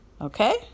Okay